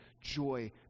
joy